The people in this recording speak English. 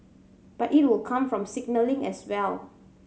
but it will come from signalling as well